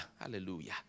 Hallelujah